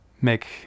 Make